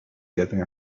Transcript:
getting